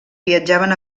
viatjaven